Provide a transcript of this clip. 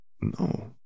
No